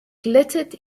glittered